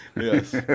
Yes